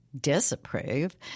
disapprove